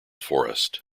forest